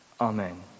amen